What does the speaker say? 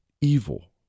evil